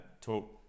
talk